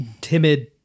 timid